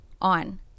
on